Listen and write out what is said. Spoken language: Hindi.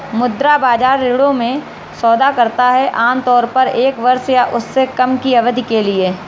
मुद्रा बाजार ऋणों में सौदा करता है आमतौर पर एक वर्ष या उससे कम की अवधि के लिए